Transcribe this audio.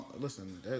listen